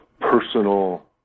personal